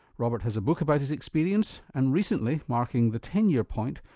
robert has a book about his experience and recently, marking the ten year point,